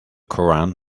koran